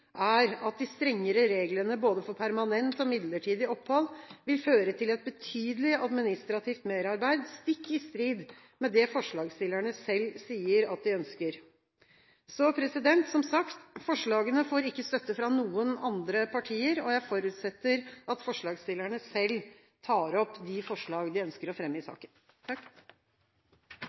er at de strengere reglene for både permanent og midlertidig opphold vil føre til et betydelig administrativt merarbeid, stikk i strid med det forslagsstillerne selv sier at de ønsker. Som sagt: Forslagene får ikke støtte fra noen andre partier. Jeg forutsetter at forslagsstillerne selv tar opp de forslag de ønsker å fremme i saken.